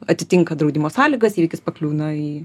atitinka draudimo sąlygas įvykis pakliūna į